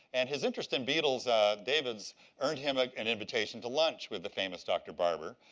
and his interest in beetles david's earned him ah an invitation to lunch with the famous dr. barbour.